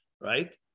right